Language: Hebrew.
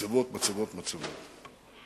מצבות, מצבות, מצבות.